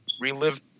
Relive